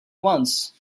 once